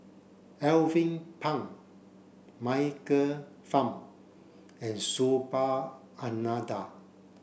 Alvin Pang Michael Fam and Subhas Anandan